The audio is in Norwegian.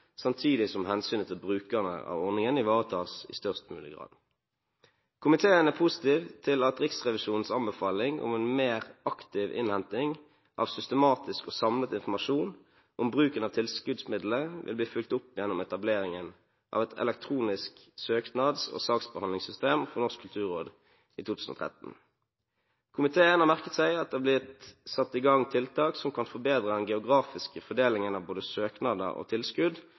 samtidig som hensynet til brukerne av ordningen ivaretas i størst mulig grad. Komiteen er positiv til at Riksrevisjonens anbefaling om en mer aktiv innhenting av systematisk og samlet informasjon om bruken av tilskuddsmidlene vil bli fulgt opp gjennom etableringen av et elektronisk søknads- og saksbehandlingssystem for Norsk kulturråd i 2013. Komiteen har merket seg at det er blitt satt i gang tiltak som kan forbedre den geografiske fordelingen av både søknader og tilskudd,